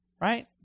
Right